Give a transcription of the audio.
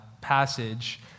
passage